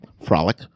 frolic